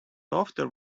often